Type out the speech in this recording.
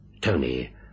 Tony